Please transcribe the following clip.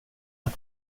att